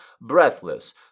breathless